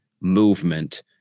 movement